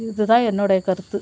இதுதான் என்னுடைய கருத்து